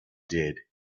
did